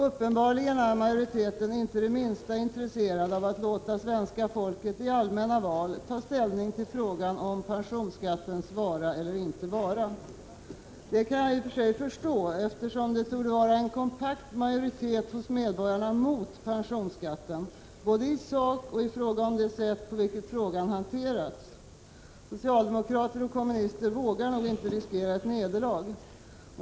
Uppenbarligen är majoriteten inte det minsta intresserad av att låta svenska folket i allmänna val ta ställning till frågan om pensionsskattens vara eller inte vara. Det kan jag i och för sig förstå, eftersom det torde vara en kompakt majoritet hos medborgarna mot pensionsskatten, både i sak och i fråga om det sätt på vilket frågan hanteras. Socialdemokrater och kommunister vågar nog inte riskera ett nederlag.